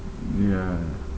ya